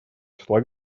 числа